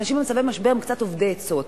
אנשים במצבי משבר הם קצת אובדי עצות,